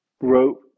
wrote